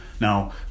Now